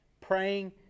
Praying